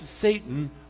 Satan